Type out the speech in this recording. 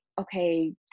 okay